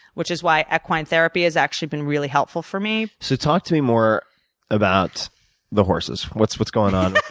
which is why equine therapy has actually been really helpful for me. so talk to me more about the horses, what's what's going on.